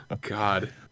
God